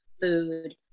food